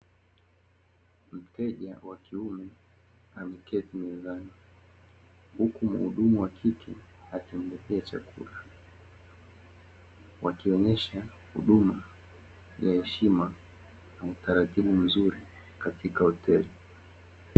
Mteja wa kiume ameketi mezani, huku muhudumu wa kike akimletea chakula. Wakionyesha huduma ya heshima, na utaratibu mzuri katika hoteli.